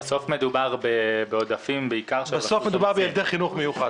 בסוף מדובר בעודפים בעיקר --- בסוף מדובר בילדי חינוך מיוחד.